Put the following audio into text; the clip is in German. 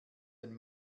ein